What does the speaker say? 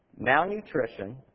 malnutrition